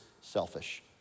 selfish